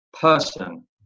person